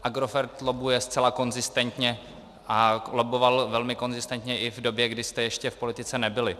Agrofert lobbuje zcela konzistentně a lobboval velmi konzistentně i v době, kdy jste ještě v politice nebyli.